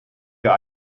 wir